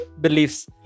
beliefs